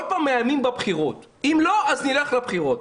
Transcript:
כל פעם מאיימים בבחירות אם לא, אז נלך לבחירות.